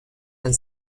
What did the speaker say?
and